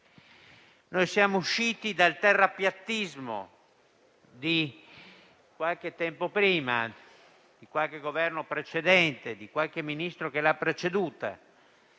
Siamo usciti dal terrapiattismo di qualche tempo fa, di qualche Governo precedente, di qualche Ministro che l'ha preceduta